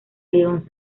león